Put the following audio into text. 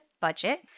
budget